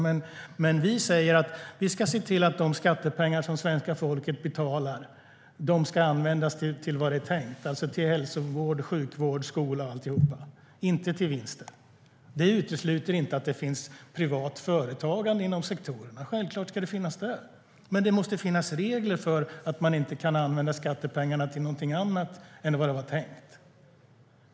Men vi säger att vi ska se till att de skattepengar som svenska folket betalar ska användas till det vad det är tänkt, alltså till hälsovård, sjukvård och skola, inte till vinster. Vi utesluter inte att det finns privat företagande inom sektorerna. Självklart ska det finnas det, men det måste finnas regler som gör att man inte kan använda skattepengarna till något annat än vad det var tänkt.